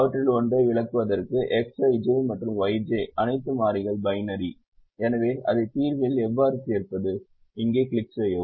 அவற்றில் ஒன்றை விளக்குவதற்கு Xij மற்றும் Yj அனைத்து மாறிகள் பைனரி எனவே அதை தீர்வியில் எவ்வாறு சேர்ப்பது இங்கே கிளிக் செய்யவும்